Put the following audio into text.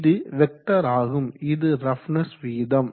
இது வெகடர் ஆகும் இது ரஃப்னஸ் விகிதம்